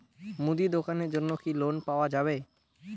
মুদি দোকানের জন্যে কি লোন পাওয়া যাবে?